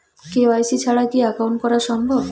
KYC ছাড়া কি account করা সম্ভব?